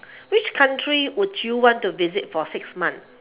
which country would you want to visit for six months